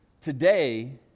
today